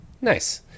Nice